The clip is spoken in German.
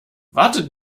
wartet